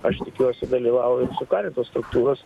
aš tikiuosi dalyvauja ir sukarintos struktūros